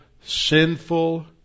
sinful